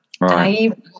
Right